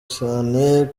cyane